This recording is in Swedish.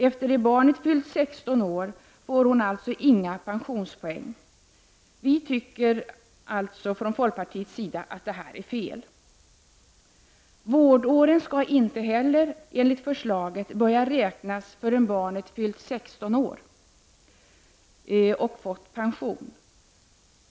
Efter det att barnet fyllt 16 år får hon alltså inga pensionspoäng. Vi från folkpartiet tycker alltså att detta är fel. Vårdåren skall inte heller, enligt förslaget, börja räknas förrän barnet fyllt 16 år och fått pension.